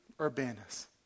Urbanus